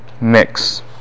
mix